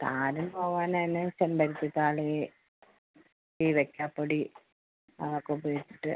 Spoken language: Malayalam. താരൻ പോവാനാണ് ചെമ്പരത്തി താളി ചീവയ്ക്കാപ്പൊടി അതൊക്കെ ഉപയോഗിച്ചിട്ട്